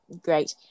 great